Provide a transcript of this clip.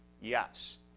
Yes